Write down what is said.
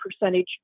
percentage